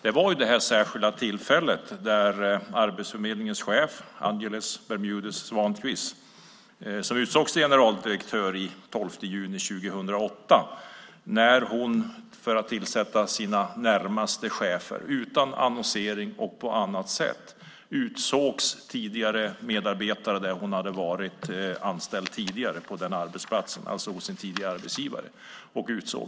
Frågan gällde det särskilda tillfälle då Arbetsförmedlingens chef Angeles Bermudez-Svankvist, som utsågs till generaldirektör den 12 juni 2008, för att tillsätta sina närmaste chefer, utan annonsering eller på annat sätt, utsåg medarbetare från den arbetsplats där hon tidigare hade varit anställd, alltså hos en tidigare arbetsgivare.